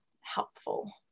helpful